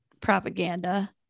propaganda